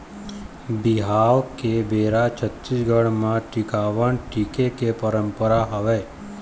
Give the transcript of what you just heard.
बिहाव के बेरा छत्तीसगढ़ म टिकावन टिके के पंरपरा हवय